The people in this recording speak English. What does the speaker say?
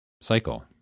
cycle